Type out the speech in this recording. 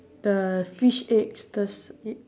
the fish eggs the seed